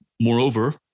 Moreover